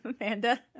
amanda